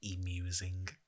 amusing